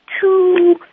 Two